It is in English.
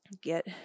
get